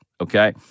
okay